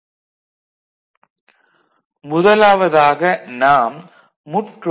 1 x Null x 1 1 x